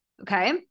okay